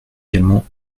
également